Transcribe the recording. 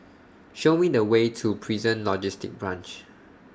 Show Me The Way to Prison Logistic Branch